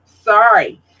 Sorry